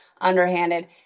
underhanded